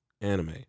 anime